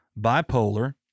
bipolar